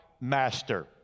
master